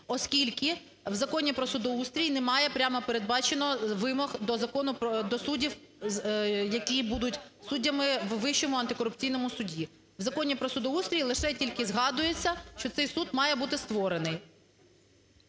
оскільки в Законі про судоустрій немає прямо передбачених вимог до суддів, які будуть суддями у Вищому антикорупційному суді. В Законі про судоустрій лише тільки згадується, що цей суд має бути створений.